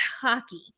hockey